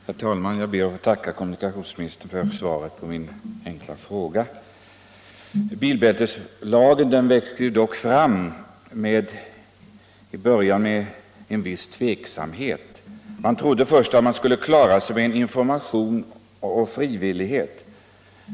Herr talman! Jag ber att få tacka kommunikationsministern för svaret på min fråga. Bilbälteslagen växte fram med en viss tveksamhet. Man trodde först att man skulle kunna klara sig med information och frivillighet.